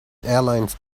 airlines